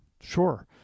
Sure